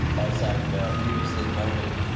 as i've previously noted,